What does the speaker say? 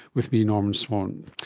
with me, norman swan